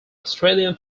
australian